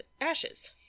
ashes